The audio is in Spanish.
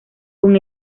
con